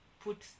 put